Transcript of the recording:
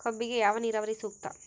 ಕಬ್ಬಿಗೆ ಯಾವ ನೇರಾವರಿ ಸೂಕ್ತ?